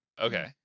Okay